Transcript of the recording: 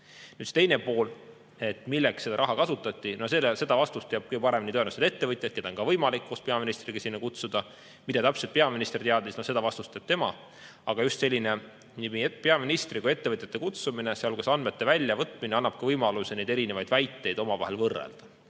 Nüüd teine pool: milleks seda raha kasutati. Seda vastust teavad kõige paremini tõenäoliselt need ettevõtjad, keda on ka võimalik koos peaministriga sinna kutsuda. Mida täpselt peaminister teadis – seda vastust teab tema. Just nii peaministri kui ka ettevõtjate kutsumine, sealhulgas andmete väljavõtmine, annab ka võimaluse erinevaid väiteid omavahel võrrelda.